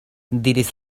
diris